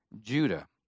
Judah